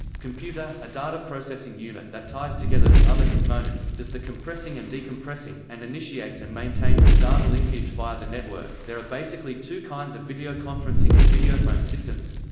computer a data processing unit that ties together the other components, does the compressing and decompressing, and initiates and maintains the data linkage via the network there are two kinds of videoconferencing and videophone systems